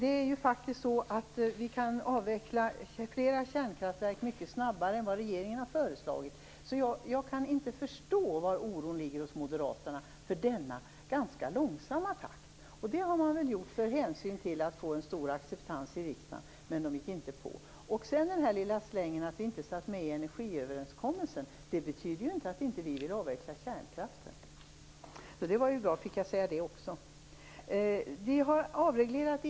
Vi kan faktiskt avveckla flera kärnkraftverk mycket snabbare än vad regeringen har föreslagit. Jag kan därför inte förstå varför Moderaterna är så oroliga för denna ganska långsamma takt. Och det är väl av hänsyn till att man skall få en stor acceptans i riksdagen, men det gick riksdagen inte på. Sedan kom det en liten släng om att vi inte deltog i energiöverenskommelsen. Men det betyder inte att vi inte vill avveckla kärnkraften. Det var ju bra att jag fick säga det också. Elmarknaden har avreglerats.